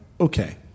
okay